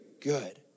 good